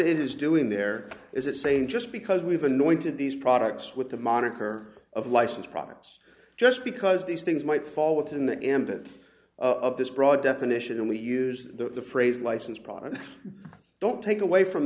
is doing there is it saying just because we've anointed these products with the moniker of licensed products just because these things might fall within the ambit of this broad definition and we used the phrase license problem don't take away from